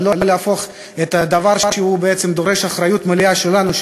אבל לא להפוך את הדבר שבעצם דורש אחריות מלאה שלנו,